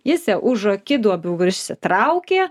jis ją už akiduobių išsitraukė